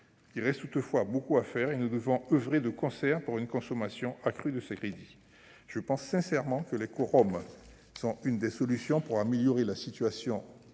Il reste toutefois beaucoup à faire et nous devons oeuvrer de concert pour une consommation accrue de ces crédits. Je pense sincèrement que les Corom sont une des solutions pour améliorer la situation financière